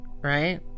right